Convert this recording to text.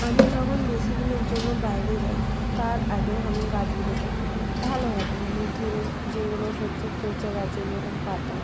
আমি যখন বেশি দিনের জন্য বাইরে যাই তার আগে আমি গাছগুলিকে ভালোভাবে মানে ধরুন যেগুলো হচ্ছে পচে গেছে যেরকম পাতা